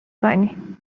کنی